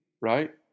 Right